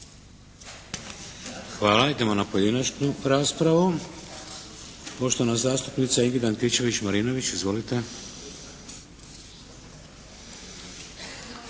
Hvala. Idemo na pojedinačnu raspravu. Poštovana zastupnica Ingrid Antičević-Marinović. Izvolite.